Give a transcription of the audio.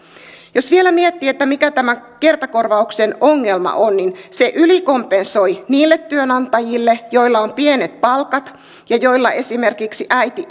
jos vielä miettii mikä tämän kertakorvauksen ongelma on niin se ylikompensoi niille työnantajille joiden henkilöstöllä on pienet palkat ja esimerkiksi äiti